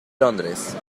londres